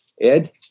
Ed